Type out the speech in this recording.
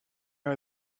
are